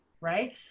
right